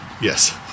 yes